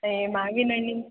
ಏ ಮಾವಿನ ಹಣ್ಣಿನ